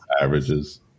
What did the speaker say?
averages